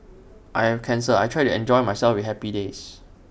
I have cancer I try to enjoy myself with happy days